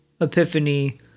epiphany